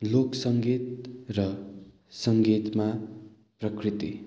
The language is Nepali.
लोक सङ्गीत र सङ्गीतमा प्रकृति